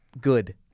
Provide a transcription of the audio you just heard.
good